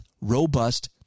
robust